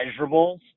measurables